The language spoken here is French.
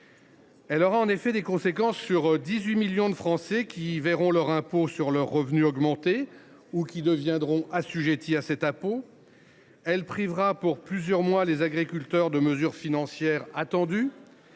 Elle aura des conséquences sur 18 millions de Français, qui verront leur impôt sur le revenu augmenter ou qui deviendront assujettis à cet impôt. Elle privera, pour plusieurs mois, les agriculteurs de mesures financières attendues,